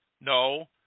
no